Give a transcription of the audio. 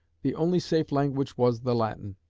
the only safe language was the latin.